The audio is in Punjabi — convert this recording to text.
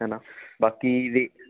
ਹੈ ਨਾ ਬਾਕੀ ਦੀ